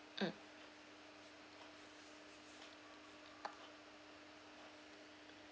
mm